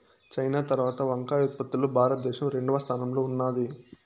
China తరవాత వంకాయ ఉత్పత్తి లో భారత దేశం రెండవ స్థానం లో ఉన్నాది